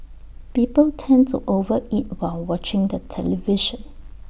people tend to over eat while watching the television